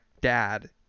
dad